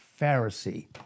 Pharisee